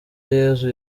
yezu